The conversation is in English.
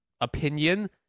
opinion